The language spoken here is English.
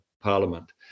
Parliament